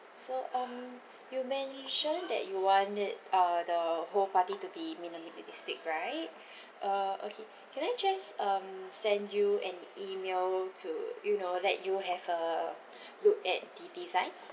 so um you mentioned that you want it uh the whole party to be minimalistic right uh okay can I just um send you an email to you know let you have a look at the design